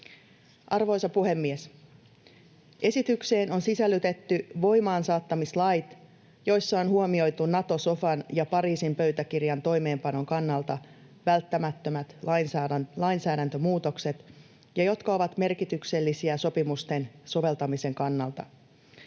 Arvoisa puhemies! Esitykseen on sisällytetty voimaansaattamislait, joissa on huomioitu Nato-sofan ja Pariisin pöytäkirjan toimeenpanon kannalta välttämättömät lainsäädäntömuutokset, jotka ovat merkityksellisiä sopimusten soveltamisen kannalta.